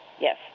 Yes